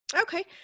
Okay